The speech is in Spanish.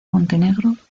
montenegro